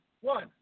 one